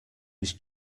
was